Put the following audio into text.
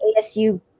ASU